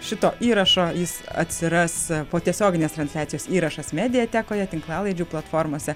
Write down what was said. šito įrašo jis atsiras po tiesioginės transliacijos įrašas mediatekoje tinklalaidžių platformose